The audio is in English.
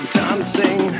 dancing